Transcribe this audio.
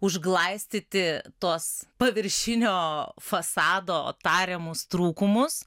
užglaistyti tuos paviršinio fasado tariamus trūkumus